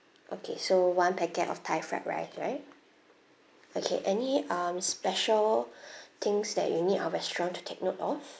okay so one packet of thai fried rice right okay any um special things that you need our restaurant to take note of